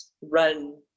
run